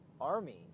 army